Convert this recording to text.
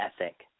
ethic